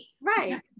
Right